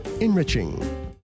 enriching